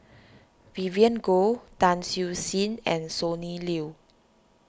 Vivien Goh Tan Siew Sin and Sonny Liew